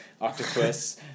octopus